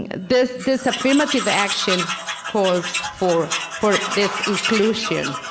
and this this affirmative action cause for for this inclusion,